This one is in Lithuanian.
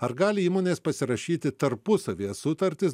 ar gali įmonės pasirašyti tarpusavyje sutartis